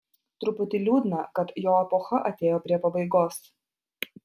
truputį liūdna kad jo epocha atėjo prie pabaigos